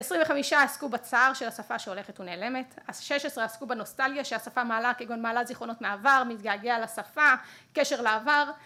עשרים וחמישה עסקו בצער של השפה שהולכת ונעלמת, אז שש עשרה עסקו בנוסטלגיה שהשפה מעלה כגון מעלה זיכרונות מהעבר, מתגעגע לשפה, קשר לעבר